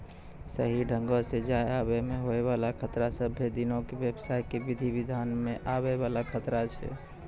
सही ढंगो से जाय आवै मे होय बाला खतरा सभ्भे दिनो के व्यवसाय के विधि विधान मे आवै वाला खतरा छै